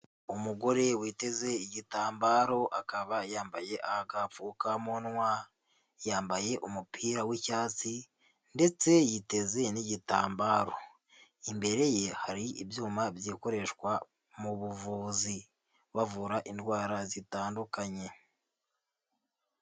Umugore witeze igitambaro, akaba yambaye agapfukamunwa. Yambaye umupira w'icyatsi, ndetse yiteze n'igitambaro. Imbere ye hari ibyuma byikoreshwa mu buvuzi, bavura indwara zitandukanye.